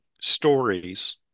stories